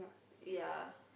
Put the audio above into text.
yea